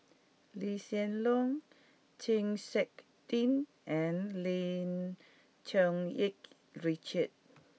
Lee Hsien Loong Chng Seok Tin and Lim Cherng Yih Richard